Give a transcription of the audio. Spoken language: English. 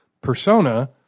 persona